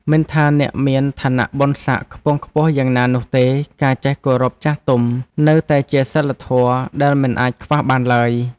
មិនថាអ្នកមានឋានៈបុណ្យសក្តិខ្ពង់ខ្ពស់យ៉ាងណានោះទេ ការចេះគោរពចាស់ទុំនៅតែជាសីលធម៌ដែលមិនអាចខ្វះបានឡើយ។